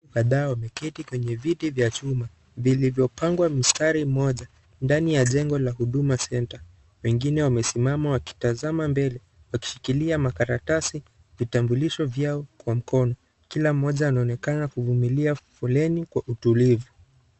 Wadau wameketi kwenye viti vya chuma vilivyopangwa mstari moja ndani ya jengo la Huduma Centre wengine wamesimama wakitazama mbele wakishikilia makaratasi vitambulisho vyao kwa mkono kila mmoja anaonekana kuvumilia foleni kwa utulivu.